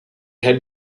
had